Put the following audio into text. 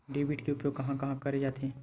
Debit के उपयोग कहां कहा करे जाथे?